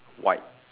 white